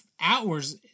hours